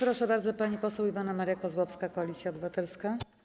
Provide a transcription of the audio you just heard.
Proszę bardzo, pani poseł Iwona Maria Kozłowska, Koalicja Obywatelska.